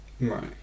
Right